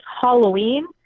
Halloween